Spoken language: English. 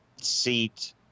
seat